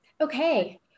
Okay